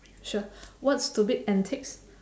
sure what stupid antics